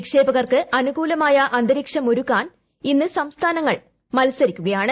നിക്ഷേപകർക്ക് അനുകൂലമായ അന്തരീക്ഷം ഒരുക്കാൻ ഇന്ന് സംസ്ഥാനങ്ങൾ തമ്മിൽ മത്സരിക്കുകയാണ്